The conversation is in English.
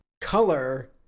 color